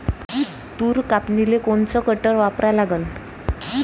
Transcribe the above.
तूर कापनीले कोनचं कटर वापरा लागन?